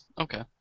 Okay